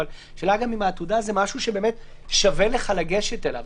אבל השאלה היא העתודה זה משהו ששווה לך לגשת אליו.